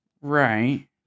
Right